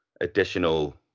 additional